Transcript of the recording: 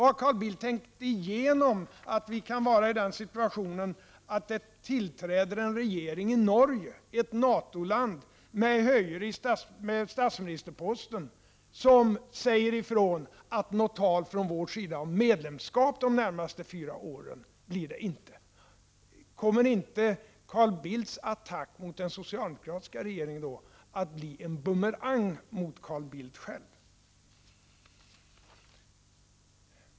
Har Carl Bildt tänkt igenom att vi kan vara i den situaitonen att det tillträder en regering i Norge — ett NATO-land — med höyre i statsministerposition, som säger ifrån att något avtal om medlemskap från vår sida blir det inte de närmaste fyra åren? Kommer då inte Carl Bildts attack mot den socialdemokratiska regeringen att bli en bumerang mot honom själv?